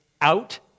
out